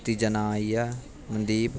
तीजा नांऽ आई गेआ मनदीप चौथा नामा आई गेआ